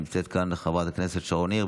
נמצאת כאן חברת הכנסת שרון ניר.